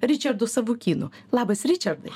ričardu savukynu labas ričardai